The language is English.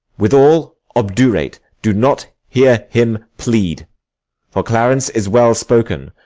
withal obdurate, do not hear him plead for clarence is well-spoken,